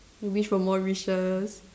you wish for more wishes